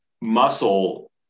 muscle